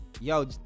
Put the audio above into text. yo